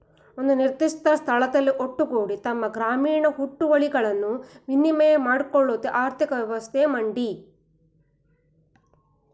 ಒಂದು ನಿರ್ದಿಷ್ಟ ಸ್ಥಳದಲ್ಲಿ ಒಟ್ಟುಗೂಡಿ ತಮ್ಮ ಗ್ರಾಮೀಣ ಹುಟ್ಟುವಳಿಗಳನ್ನು ವಿನಿಮಯ ಮಾಡ್ಕೊಳ್ಳೋ ಆರ್ಥಿಕ ವ್ಯವಸ್ಥೆ ಮಂಡಿ